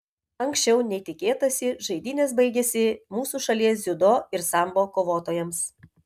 anksčiau nei tikėtasi žaidynės baigėsi mūsų šalies dziudo ir sambo kovotojams